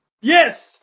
Yes